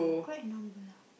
quite a number